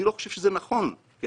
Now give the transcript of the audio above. אני לא חושב שזה נכון כהכללה.